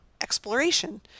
exploration